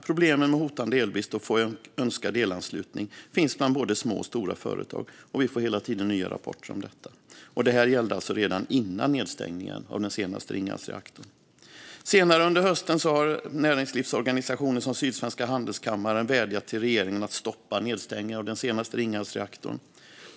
Problemen med hotande elbrist och att få en önskad elanslutning finns bland både små och stora företag, och vi får hela tiden nya rapporter om detta. Det här gällde alltså redan före nedstängningen av den senaste Ringhalsreaktorn. Senare under hösten har näringslivsorganisationer som Sydsvenska Industri och Handelskammaren vädjat till regeringen om att stoppa nedstängningen av den senaste Ringhalsreaktorn.